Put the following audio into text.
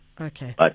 Okay